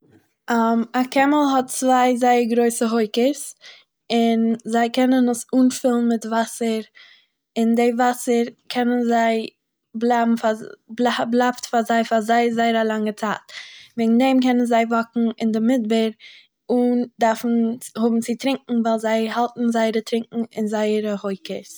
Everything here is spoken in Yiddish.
א קעמל האט צוויי זייער גרויסע הויקעס און זיי קענען עס אנפילן מיט וואסער, און דעי וואסער קענען זיי בלייבן פאר.... בל בליייבט פאר פאר זייער זייער א לאנגע צייט, וועגן דעם קענען זיי וואקן אין דעם מדבר אן דארפן האבן צו טרינקען ווייל זיי האלטן זייערע טרינקען אין זייער הויקעס.